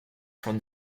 from